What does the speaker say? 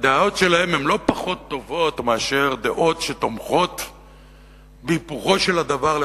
הדעות שלהם לא פחות טובות מדעות שתומכות בהיפוכו של דבר.